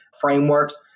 frameworks